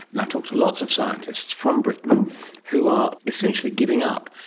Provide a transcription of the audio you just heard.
and i've talked to lots of scientists from britain who are essentially giving up.